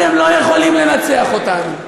אתם לא יכולים לנצח אותנו.